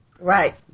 Right